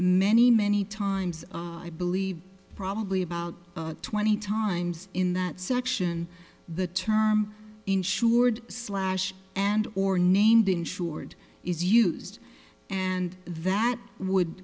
many many times i believe probably about twenty times in that section the term insured slash and or named insured is used and that would